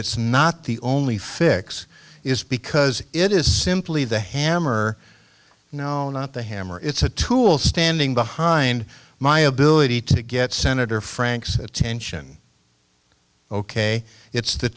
it's not the only fix is because it is simply the hammer no not the hammer it's a tool standing behind my ability to get senator frank's attention ok it's the